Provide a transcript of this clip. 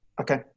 Okay